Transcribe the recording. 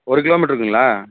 ஒரு கிலோமீட்டருக்குங்களா